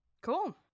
Cool